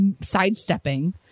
sidestepping